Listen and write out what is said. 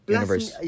Universe